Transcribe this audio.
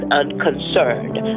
unconcerned